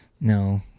no